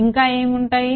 ఇంకా ఏమి ఉంటాయి